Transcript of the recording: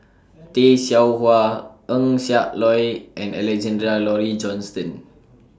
Tay Seow Huah Eng Siak Loy and Alexander Laurie Johnston